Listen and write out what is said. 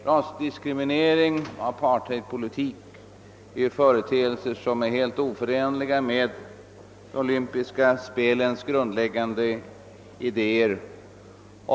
Rasdiskriminering och apartheidpolitik är företeelser, som är helt oförenliga med olympiska spelens grundläggande idéer.